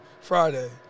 Friday